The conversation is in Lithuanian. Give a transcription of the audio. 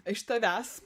iš tavęs